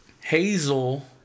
Hazel